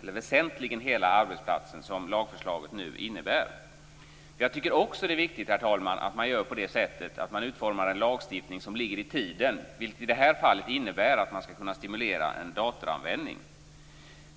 väsentligen hela arbetsplatsen, vilket lagförslaget innebär. Det är också viktigt, herr talman, att utforma en lagstiftning som ligger i tiden, vilket i det här fallet innebär att man skall kunna stimulera en datoranvändning.